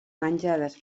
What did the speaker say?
menjades